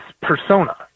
persona